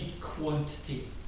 quantity